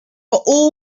all